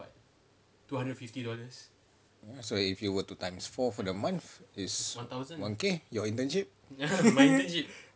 mm so if you were to times four for the month is one K your internship